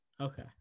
Okay